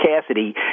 Cassidy